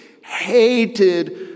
Hated